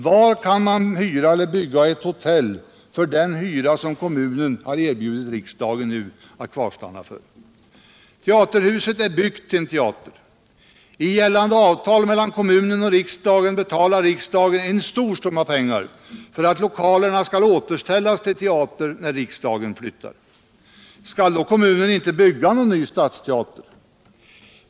Var kan man hyra eller bygga ett hotell för det pris som kommunen har erbjudit riksdagen att kvarstanna för? Teaterhuset är byggt till en teater. Enligt gällande avtal mellan kommunen och riksdagen betalar riksdagen en stor summa pengar för att lokalerna skall återställas till teater när riksdagen flyttar. Skall då kommunen inte bygga någon ny stadsteater?